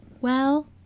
Well